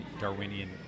Darwinian